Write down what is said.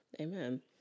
Amen